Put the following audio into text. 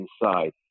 inside